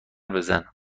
بزن